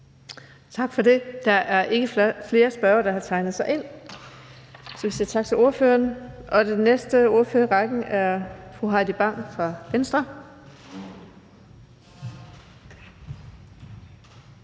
Tak for det. Der er ikke flere spørgere, der har tegnet sig ind, så vi siger tak til ordføreren. Den næste ordfører i rækken er fru Heidi Bank fra Venstre.